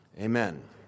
amen